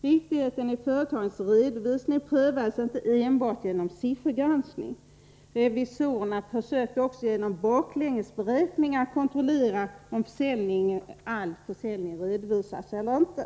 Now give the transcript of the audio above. Riktigheten i företagens redovisning prövades inte enbart genom siffergranskning. Revisorerna försökte också genom ”baklängesberäkningar” kontrollera om all försäljning redovisats eller inte.